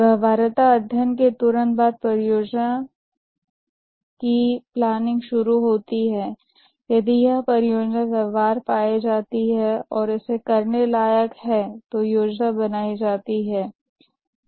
व्यवहार्यता अध्ययन के तुरंत बाद परियोजना की योजना शुरू होती है यदि यह परियोजना व्यवहार्य पाई जाती है और इसे करने लायक है तो योजना बनाई जाती है